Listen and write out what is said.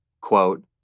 Quote